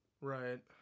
Right